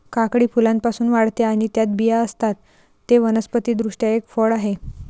काकडी फुलांपासून वाढते आणि त्यात बिया असतात, ते वनस्पति दृष्ट्या एक फळ आहे